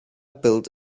built